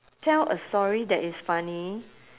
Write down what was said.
tell a story that is funny